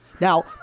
Now